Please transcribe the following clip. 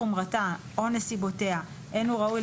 חומרתה או נסיבותיה אין הוא ראוי,